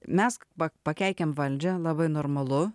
mesk va pakeikime valdžią labai normalu